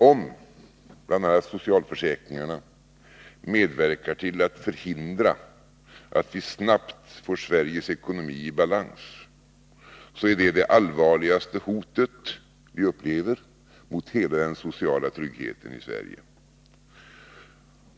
Om bl.a. socialförsäkringarna medverkar till att förhindra att vi snabbt får Sveriges ekonomi i balans, är detta det allvarligaste hot som vi upplever mot hela den sociala tryggheten i Sverige.